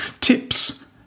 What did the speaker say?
Tips